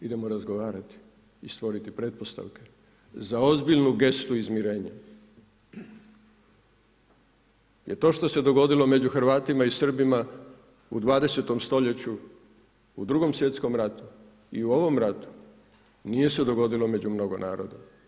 Idemo razgovarati i stvoriti pretpostavke za ozbiljnu gestu izmirenja jer to što se dogodilo među Hrvatima i Srbima u 20. stoljeću u Drugom svjetskom ratu i u ovom ratu nije se dogodilo među mnogo naroda.